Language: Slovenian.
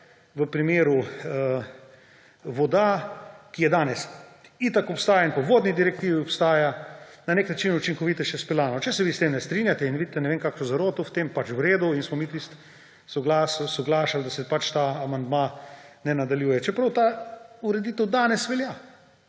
v primeru voda, ki danes itak obstaja in v vodni direktivi obstaja, na nek način učinkovitejše izpeljano. Če se vi s tem ne strinjate in vidite ne vem kakšno zaroto v tem, pač v redu. In smo mi soglašali, da se pač ta amandma ne nadaljuje, čeprav ta ureditev danes velja.